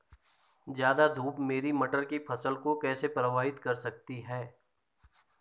ज़्यादा धूप मेरी मटर की फसल को कैसे प्रभावित कर सकती है?